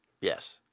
yes